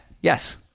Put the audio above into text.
yes